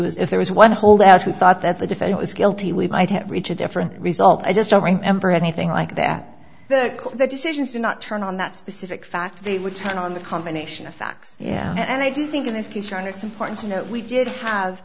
was if there was one holdout who thought that the defendant was guilty we might have reached a different result i just don't remember anything like that the decisions do not turn on that specific fact they would turn on the combination of facts yeah and i do think in this